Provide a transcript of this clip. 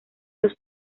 los